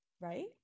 Right